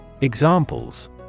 Examples